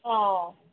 ꯑꯣ